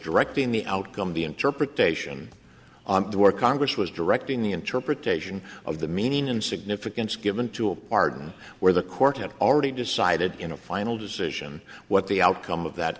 directing the outcome of the interpretation on the war congress was directing the interpretation of the meaning and significance given to a pardon where the court had already decided in a final decision what the outcome of that